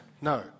no